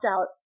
out